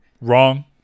wrong